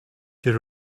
your